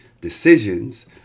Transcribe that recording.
Decisions